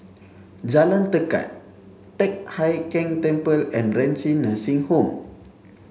Jalan Tekad Teck Hai Keng Temple and Renci Nursing Home